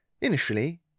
Initially